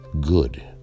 good